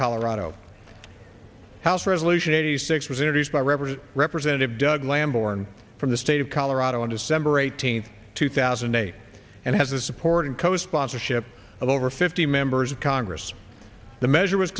colorado house resolution eighty six was introduced by rebel representative doug lamborn from the state of colorado on december eighteenth two thousand and eight and has a supporting co sponsorship of over fifty members of congress the measure was